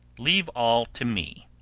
leave all to me!